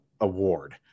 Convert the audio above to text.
award